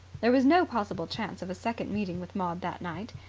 there was no possible chance of a second meeting with maud that night.